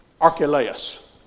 Archelaus